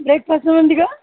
ब्रेकफास्टमध्ये का